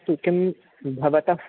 अस्तु किं भवतः